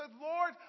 Lord